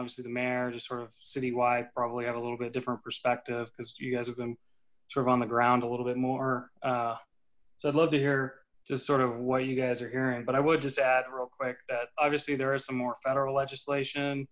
obviously the mayor just sort of citywide probably have a little bit different perspective because you guys have them sort of on the ground a little bit more so i'd love to hear just sort of what you guys are hearing but i would just add real quick that obviously there is some more federal legislation